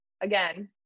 again